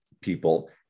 people